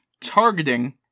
targeting